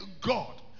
God